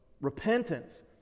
repentance